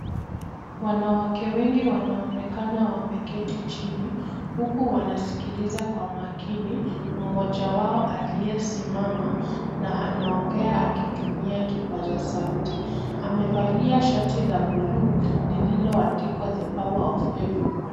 Wanawake wengi wanaonekana wameketi chini huku wanasikiliza kwa makini mmoja wao aliyesimama na anaongea akitumia kipasa sauti amevalia shati la buluu lilioandikwa The Power Of Everyone.